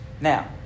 now